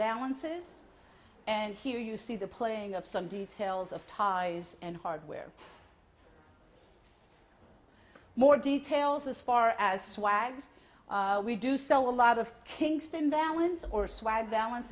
balances and here you see the playing of some details of ties and hardware more details as far as swags we do sell a lot of kingston balance or swag balance